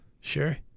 sure